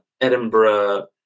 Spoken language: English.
Edinburgh